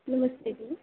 नमस्ते जी